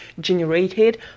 generated